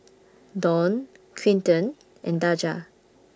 Dawne Quinten and Daja